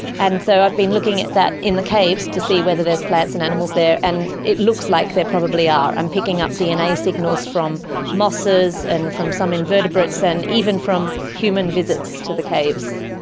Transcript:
and so i've been looking at that in the caves to see whether there are plants and animals there. and it looks like there probably are. i'm picking up dna signals from mosses and from some invertebrates and even from human visits to the caves.